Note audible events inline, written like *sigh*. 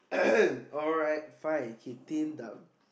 *coughs* alright fine okay tinder